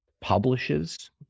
publishes